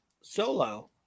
solo